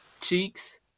cheeks